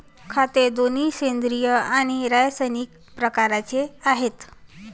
खते दोन्ही सेंद्रिय आणि रासायनिक प्रकारचे आहेत